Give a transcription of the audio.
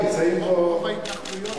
נמצאים פה התעשיינים,